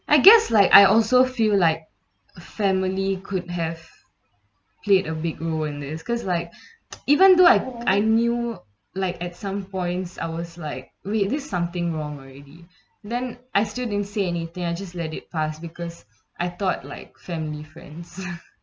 I guess like I also feel like a family could have played a big role in this because like even though I I knew like at some points I was like re~ there's something wrong already then I still didn't say anything I just let it pass because I thought like family friends